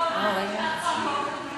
דב מסכים לביקורת,